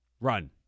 run